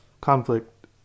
conflict